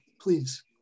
please